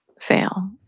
fail